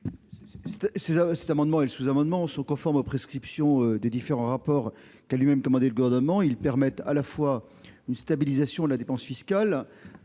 Cet amendement et ce sous-amendement sont conformes aux prescriptions des différents rapports commandés par le Gouvernement. Ils permettent à la fois de stabiliser la dépense fiscale